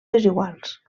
desiguals